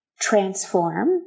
transform